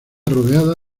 rodeada